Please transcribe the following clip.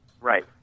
Right